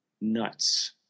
nuts